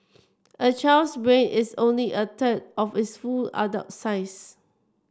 a child's brain is only a third of its full adult size